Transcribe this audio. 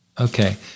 Okay